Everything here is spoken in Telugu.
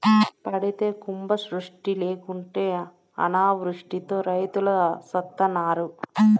పడితే కుంభవృష్టి లేకుంటే అనావృష్టితో రైతులు సత్తన్నారు